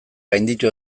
gainditu